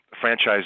franchise